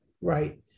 right